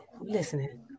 Listening